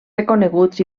reconeguts